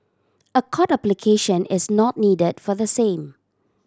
a court application is not needed for the same